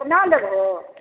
केतना लेबहो